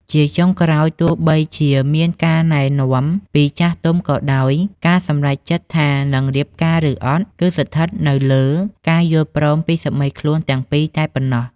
ជាចុងក្រោយ ទោះបីជាមានការណែនាំពីចាស់ទុំក៏ដោយ ការសម្រេចចិត្តថានឹងរៀបការ ឬអត់ គឺស្ថិតនៅលើការយល់ព្រមពីសាមីខ្លួនទាំងពីរតែប៉ុណ្ណោះ។